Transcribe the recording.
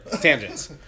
tangents